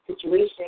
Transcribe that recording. situation